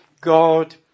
God